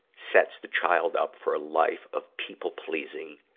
sets the child up for a life of people pleasing,